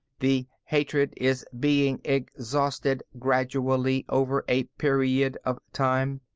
the hatred is being exhausted gradually, over a period of time.